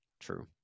true